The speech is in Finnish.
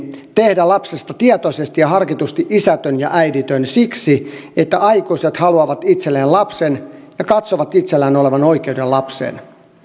tehdä lapsesta tietoisesti ja harkitusti isätön ja äiditön siksi että aikuiset haluavat itselleen lapsen ja katsovat itsellään olevan oikeuden lapseen